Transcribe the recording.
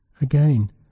Again